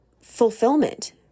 fulfillment